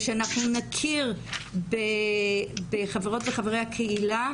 ושאנחנו נכיר בחברות וחברי הקהילה